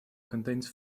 contains